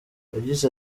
yagize